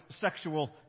sexual